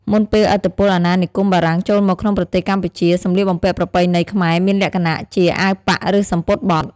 មុនពេលឥទ្ធិពលអាណានិគមបារាំងចូលមកក្នុងប្រទេសកម្ពុជា សម្លៀកបំពាក់ប្រពៃណីខ្មែរមានលក្ខណៈជា អាវប៉ាក់ ឬ សំពត់បត់។